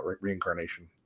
reincarnation